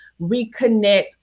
Reconnect